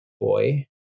boy